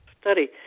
study